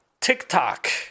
TikTok